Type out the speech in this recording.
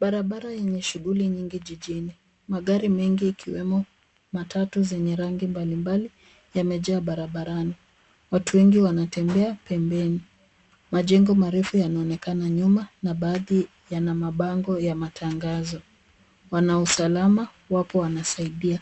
Barabara yenye shughuli nyingi jijini. Magari mengi ikiwemo matatu zenye rangi mbalimbali yamejaa barabarani. Watu wengi wanatembea pembeni. Majengo marefu yanaonekana nyuma na baadhi yana mabango ya matangazo. Wana usalama wapo wanasaidia.